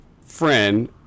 friend